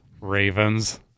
Ravens